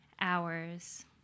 hours